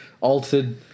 altered